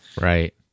right